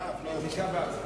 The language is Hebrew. תשעה באב,